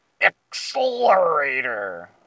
accelerator